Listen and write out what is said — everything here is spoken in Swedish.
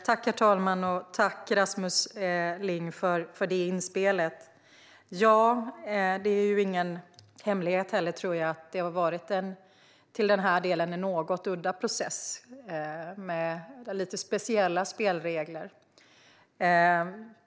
Herr talman! Tack för det inspelet, Rasmus Ling! Det är ingen hemlighet att det har varit en något udda process i den här delen, med lite speciella spelregler.